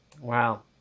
Wow